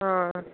हां